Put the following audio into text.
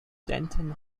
denton